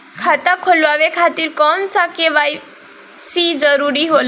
खाता खोलवाये खातिर कौन सा के.वाइ.सी जरूरी होला?